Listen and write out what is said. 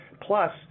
Plus